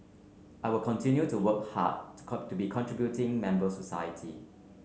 I will continue to work hard to come to be contributing members society